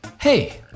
Hey